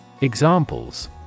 Examples